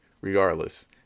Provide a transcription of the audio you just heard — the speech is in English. regardless